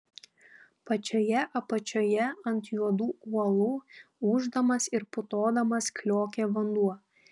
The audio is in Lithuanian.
pačioje apačioje ant juodų uolų ūždamas ir putodamas kliokė vanduo